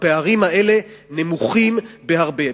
הפערים האלה נמוכים בהרבה,